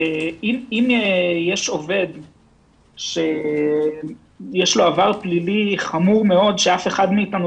אם יש עובד שיש לו עבר פלילי חמור מאוד שאף אחד מאתנו